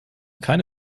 keine